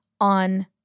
on